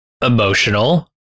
emotional